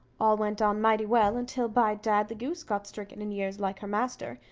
all went on mighty well until, by dad, the goose got stricken in years like her master,